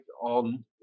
on